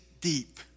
deep